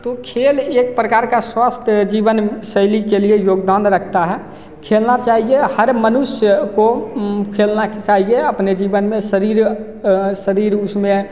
तो खेल एक प्रकार का स्वास्थ्य जीवनशैली के लिए योगदान रखता है खेलना चाहिए हर मनुष्य को खेलना की चाहिए अपने जीवन में शरीर शरीर उसमें है